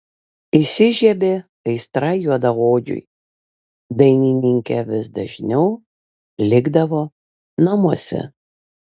įsižiebė aistra juodaodžiui dainininkė vis dažniau likdavo namuose